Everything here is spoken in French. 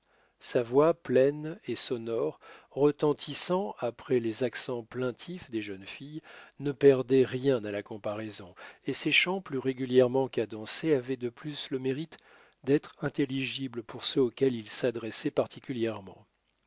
sa voix pleine et sonore retentissant après les accents plaintifs des jeunes filles ne perdait rien à la comparaison et ses chants plus régulièrement cadencés avaient de plus le mérite d'être intelligibles pour ceux auxquels il s'adressait particulièrement